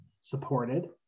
supported